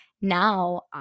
now